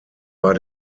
war